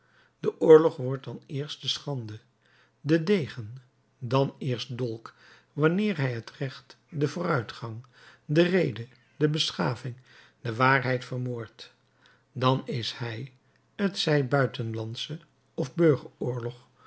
de oorlog wordt dan eerst schande de degen dan eerst dolk wanneer hij het recht den vooruitgang de rede de beschaving de waarheid vermoordt dan is hij t zij buitenlandsche of